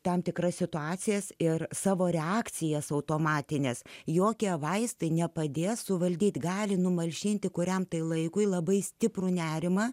tam tikras situacijas ir savo reakcijas automatinės jokie vaistai nepadės suvaldyti gali numalšinti kuriam tai laikui labai stiprų nerimą